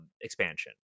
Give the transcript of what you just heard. expansion